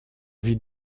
vis